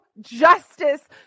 justice